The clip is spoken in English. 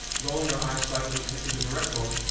rolling her eyes slightly, and this is a direct quote,